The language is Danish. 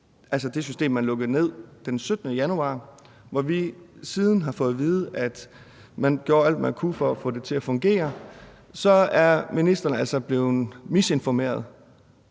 altså det system, man lukkede ned den 17. januar, og hvorom vi siden har fået at vide, at man gjorde alt, hvad man kunne, for at få det til at fungere, så er ministeren altså blevet misinformeret.